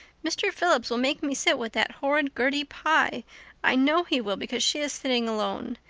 mr. phillips will make me sit with that horrid gertie pye i know he will because she is sitting alone.